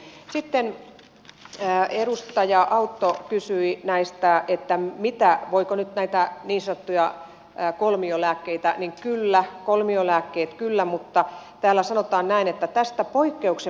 sitten kun edustaja autto kysyi voiko nyt näitä niin sanottuja kolmiolääkkeitä määrätä niin kyllä mutta täällä sanotaan näin että tästä poikkeuksen